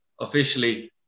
officially